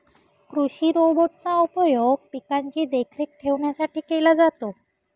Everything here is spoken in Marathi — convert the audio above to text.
कृषि रोबोट चा उपयोग पिकांची देखरेख ठेवण्यासाठी केला जातो